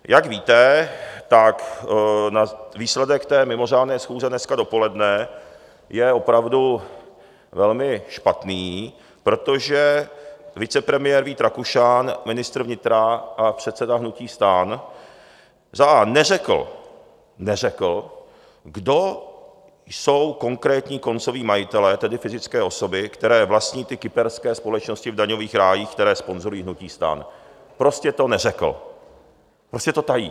Jak víte, výsledek té mimořádné schůze dneska dopoledne je opravdu velmi špatný, protože vicepremiér Vít Rakušan, ministr vnitra a předseda hnutí STAN, za a) neřekl, kdo jsou konkrétní koncoví majitelé, tedy fyzické osoby, které vlastní kyperské společnosti v daňových rájích, které sponzorují hnutí STAN prostě to neřekl, prostě to tají.